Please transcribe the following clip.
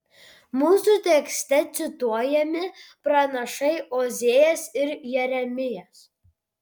mūsų tekste cituojami pranašai ozėjas ir jeremijas